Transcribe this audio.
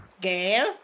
Gail